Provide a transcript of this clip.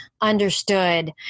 understood